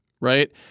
right